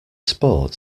sport